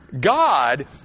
God